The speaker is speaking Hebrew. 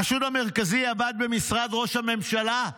החשוד המרכזי עבד במשרד ראש הממשלה.